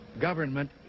Government